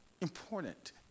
important